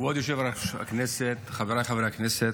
כבוד יושב-ראש הכנסת, חבריי חברי הכנסת,